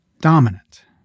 dominant